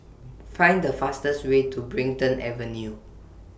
Find The fastest Way to Brighton Avenue